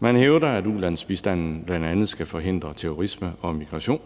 Man hævder, at ulandsbistanden bl.a. skal forhindre terrorisme og migration,